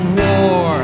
war